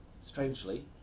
strangely